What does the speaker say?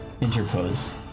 interpose